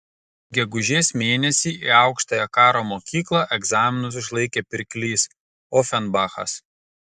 gegužės mėnesį į aukštąją karo mokyklą egzaminus išlaikė pirklys ofenbachas